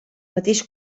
mateix